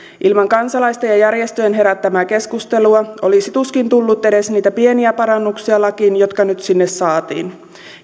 ilman kansalaisten ja järjestöjen herättämää keskustelua olisi tuskin tullut edes niitä pieniä parannuksia lakiin jotka nyt sinne saatiin